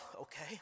okay